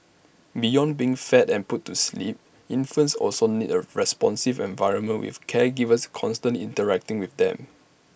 beyond being fed and put to sleep infants also need A responsive environment with caregivers constant interacting with them